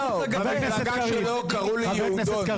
--- במפלגה שלך קראו לי "יהודון".